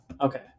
Okay